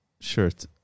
shirt